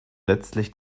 letztlich